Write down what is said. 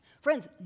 friends